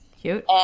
Cute